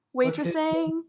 waitressing